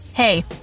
Hey